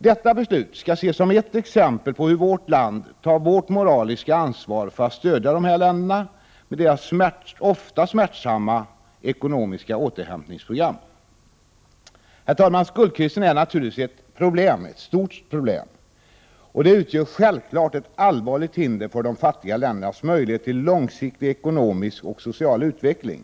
Detta beslut skall ses som ett exempel på hur vårt land tar sitt moraliska ansvar för att stödja dessa länder med deras ofta smärtsamma ekonomiska återhämtningsprogram. Herr talman! Skuldkrisen är naturligtvis ett stort problem. Den utgör självfallet ett allvarligt hinder för de fattiga ländernas möjligheter till långsiktig ekonomisk och social utveckling.